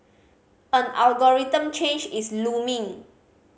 an algorithm change is looming